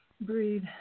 breathe